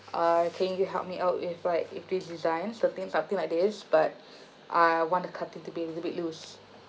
uh can you just help me out if like if this designs something something like this but uh I want the cutting to be a little bit loose